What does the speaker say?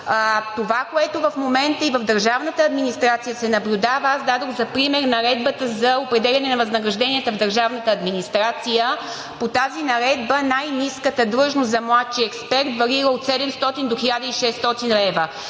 Това, което в момента и в държавната администрация се наблюдава, аз дадох за пример Наредбата за определяне на възнагражденията в държавната администрация. По тази наредба най-ниската длъжност за младши експерт варира от 700 до 1600 лв.